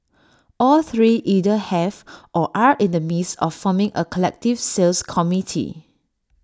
all three either have or are in the midst of forming A collective sales committee